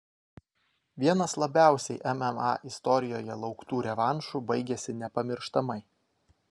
vienas labiausiai mma istorijoje lauktų revanšų baigėsi nepamirštamai